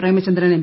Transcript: Premachandran M